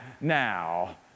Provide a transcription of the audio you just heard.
now